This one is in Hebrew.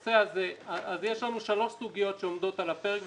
אז יש לנו שלוש סוגיות שעומדות על הפרק,